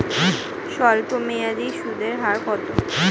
স্বল্পমেয়াদী সুদের হার কত?